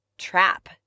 trap